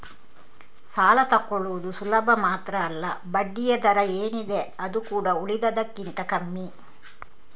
ಸಾಲ ತಕ್ಕೊಳ್ಳುದು ಸುಲಭ ಮಾತ್ರ ಅಲ್ಲ ಬಡ್ಡಿಯ ದರ ಏನಿದೆ ಅದು ಕೂಡಾ ಉಳಿದದಕ್ಕಿಂತ ಕಮ್ಮಿ